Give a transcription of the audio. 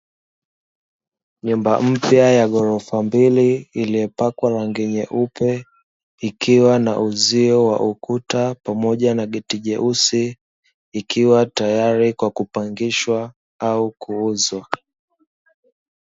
Nyumba mpya ya gorofa mbili iliyopakwa rangi yeupe ikiwa na uzio wa ukuta pamoja na geti jeusi, ikiwa tayari kwa kupangishwa au kuuzwa.